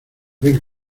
ven